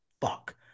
fuck